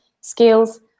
skills